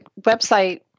website